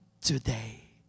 today